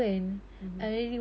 mmhmm